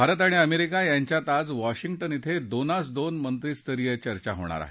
भारत आणि अमेरिका यांच्यात आज वॉशिंग्टन धिं दोनास दोन मंत्रीस्तरीय चर्चा होणार आहेत